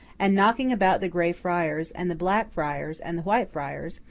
and knocking about the grey friars, and the black friars, and the white friars,